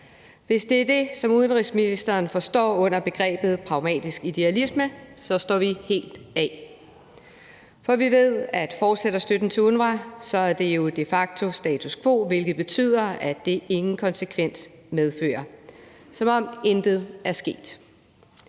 Hvis det er det, som udenrigsministeren forstår ved begrebet pragmatisk idealisme, står vi helt af. For vi ved, at fortsætter støtten til UNRWA, er det jo de facto status quo, hvilket betyder, at det ingen konsekvens medfører – som om intet er sket.